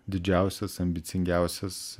didžiausias ambicingiausias